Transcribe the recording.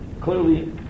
clearly